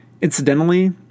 Incidentally